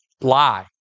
Lie